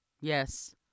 Yes